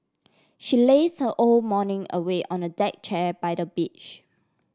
she laze her whole morning away on a deck chair by the beach